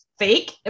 fake